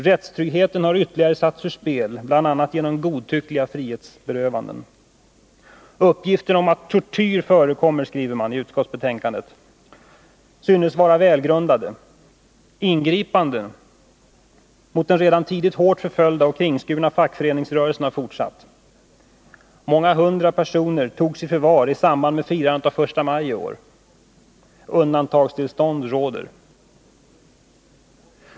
Rättstryggheten har ytterli Nr 28 om att tortyr förekommer synes vara välgrundade, skriver man i utskotts 19 november 1980 betänkandet. Ingripandena mot den redan tidigare hårt förföljda och kringskurna fackföreningsrörelsen har fortsatt. Många hundra personer togs — Chile råder.